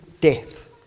death